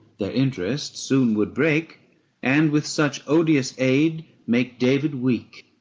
their interest soon would break and with such odious aid make david weak.